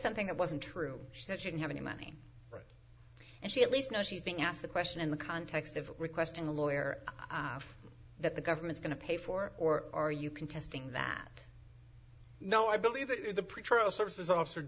something that wasn't true she said she didn't have any money and she at least know she's being asked the question in the context of requesting a lawyer that the government's going to pay for or are you contesting that no i believe that the pretrial services officer